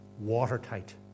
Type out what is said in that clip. watertight